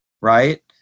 right